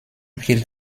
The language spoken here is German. hielt